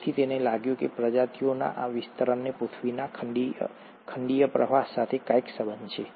તેથી તેને લાગ્યું કે પ્રજાતિઓના આ વિતરણને પૃથ્વીના ખંડીય પ્રવાહ સાથે કંઈક સંબંધ છે